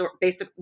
based